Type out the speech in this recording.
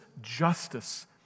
justice